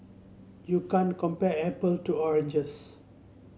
you can't compare apple to oranges